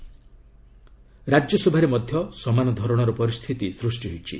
ରାକ୍ୟସଭାରେ ମଧ୍ୟ ସମାନ ଧରଣର ପରିସ୍ଥିତି ସୃଷ୍ଟି ହୋଇଛି